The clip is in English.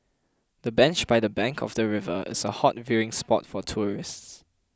the bench by the bank of the river is a hot viewing spot for tourists